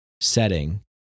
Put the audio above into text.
setting